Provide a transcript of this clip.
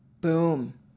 Boom